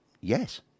yes